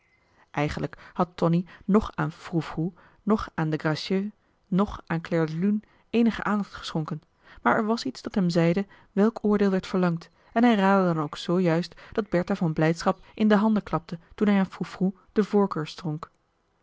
eigenlijk had tonie noch aan frou frou noch aan den gracieux noch aan clair de lune eenige aandacht geschonken maar er was iets dat hem zeide welk oordeel werd verlangd en hij raadde dan ook zoo juist dat bertha van blijdschap in de handen klapte toen hij aan frou frou de voorkeur